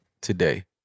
today